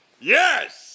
Yes